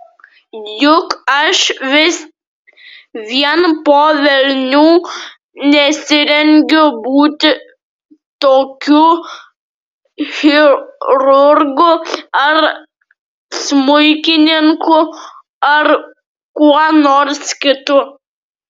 juk aš vis vien po velnių nesirengiu būti kokiu chirurgu ar smuikininku ar kuo nors kitu